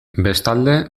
bestalde